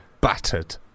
battered